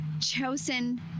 chosen